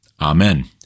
Amen